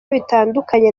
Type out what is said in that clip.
bitandukanye